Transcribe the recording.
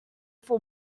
for